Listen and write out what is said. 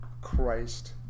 Christ